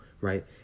right